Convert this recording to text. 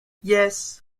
yes